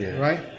right